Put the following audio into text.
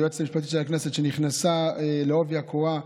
היועצת המשפטית של הכנסת, שנכנסה בעובי הקורה,